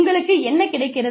உங்களுக்கு என்ன கிடைக்கிறது